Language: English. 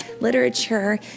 literature